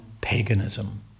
paganism